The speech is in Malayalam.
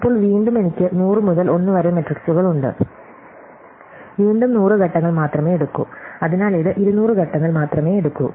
ഇപ്പോൾ വീണ്ടും എനിക്ക് 100 മുതൽ 1 വരെ മാട്രിക്സുകൾ ഉണ്ട് വീണ്ടും 100 ഘട്ടങ്ങൾ മാത്രമേ എടുക്കൂ അതിനാൽ ഇത് 200 ഘട്ടങ്ങൾ മാത്രമേ എടുക്കൂ